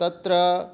तत्र